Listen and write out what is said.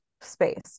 space